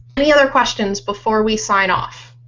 any other questions before we sign off?